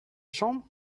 chambre